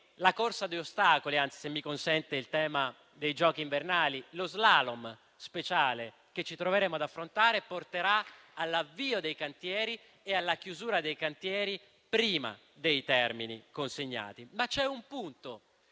la corsa a ostacoli, anzi - se mi consente, visto il tema dei giochi invernali - lo *slalom* speciale che ci troveremo ad affrontare, porterà all'avvio e alla chiusura dei cantieri prima dei termini consigliati. Ma c'è un punto